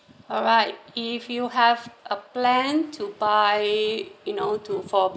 alright if you have a plan to buy you know to for